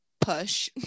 push